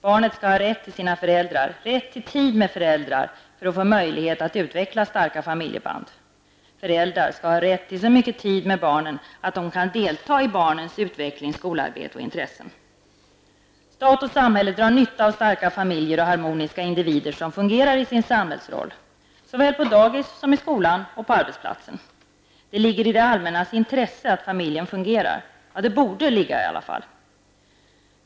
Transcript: Barnet skall har rätt till sina föräldrar, rätt till tid med sina föräldrar, för att få möjlighet att utveckla starka familjeband. Föräldrar skall ha rätt till så mycket tid med barnen att de kan delta i barnens utveckling, skolarbete och intressen. Stat och samhälle drar nytta av starka familjer och harmoniska individer som fungerar i sin samhällsroll, såväl på dagis som i skolan och på arbetsplatsen. Det ligger i det allmännas intresse att familjen fungerar -- det borde det i alla fall göra.